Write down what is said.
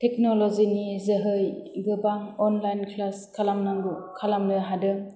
टेक्नल'जिनि जोहै गोबां online class खामनांगौ खालामनो हादों